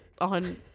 On